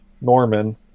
norman